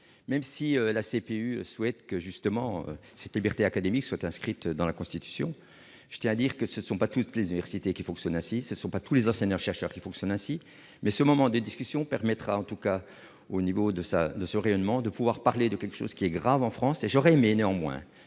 même si la CPU souhaite que justement cette liberté académique soit inscrite dans la Constitution, je tiens à dire que ce ne sont pas toutes plaisir qui fonctionna si ce ne sont pas tous les enseignants-chercheurs, qui fonctionnent ainsi mais ce moment des discussions permettra en tout cas au niveau de ça, de ce rayonnement de pouvoir parler de quelque chose qui est grave en France et j'aurais mais néanmoins